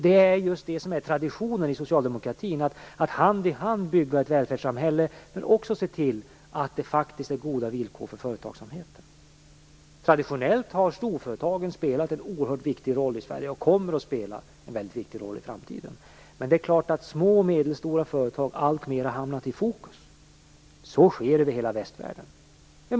Det är just det som är traditionen i socialdemokratin, att vi hand i hand skall bygga ett välfärdssamhälle men också se till att det är goda villkor för företagsamheten. Traditionellt har storföretagen spelat en oerhört viktig roll i Sverige, och de kommer att spela en mycket viktig roll i framtiden. Men små och medelstora företag har alltmer hamnat i fokus. Så sker över hela västvärlden.